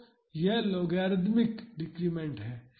तो यह logarithmic decrement है